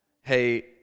Hey